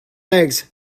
eggs